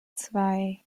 zwei